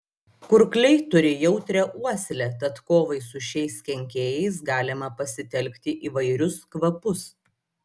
kurkliai turi jautrią uoslę tad kovai su šiais kenkėjais galima pasitelkti įvairius kvapus